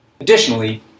Additionally